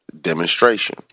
demonstration